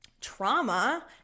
trauma